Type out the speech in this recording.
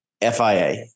FIA